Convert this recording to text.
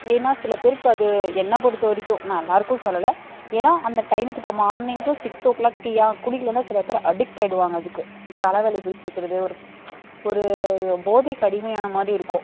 ஏன்னால் சில பேருக்கு அது என்னை பொறுத்த வரைக்கும் நான் எல்லாேருக்கும் சொல்லலை ஏன்னால் அந்த டைமுக்கு இப்போ மார்னிங்கு சிக்ஸ்த் தோ கிளாக் டீயா குடிக்கலைனா சில பேர் அடிக்ட் ஆகிடுவாங்க அதுக்கு தலைவலி பிடிச்சுக்கிறது ஒரு ஒரு போதைக்கு அடிமையான மாதிரி இருக்கும்